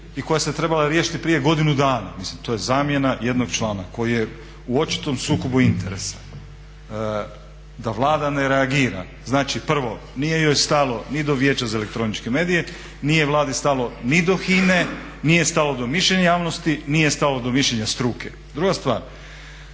i koja se trebala riješiti prije godinu dana, mislim to je zamjena jednog člana koji je u očitom sukobu interesa, da Vlada ne reagira. Znači prvo nije joj stalo ni do Vijeća za elektroničke medije, nije Vladi stalo ni do HINA-e, nije stalo do mišljenja javnosti, nije stalo do mišljenja struke. Druga stvar,